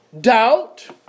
doubt